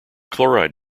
chloride